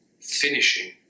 finishing